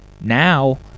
now